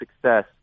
success